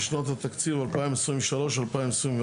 לשנות התקציב 2023 ו-2024),